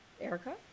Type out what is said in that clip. Erica